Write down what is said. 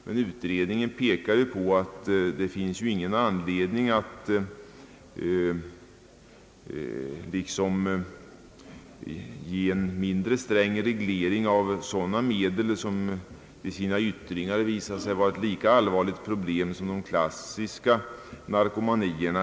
Men utredningen pekar på att det inte finns någon anledning att mindre strängt reglera sådana medel som till sina yttringar visat sig vara ett lika allvarligt problem som de klassiska narkomanierna.